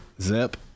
zip